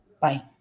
Bye